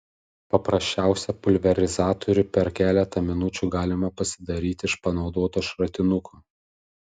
paprasčiausią pulverizatorių per keletą minučių galima pasidaryti iš panaudoto šratinuko